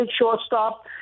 shortstop